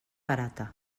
barata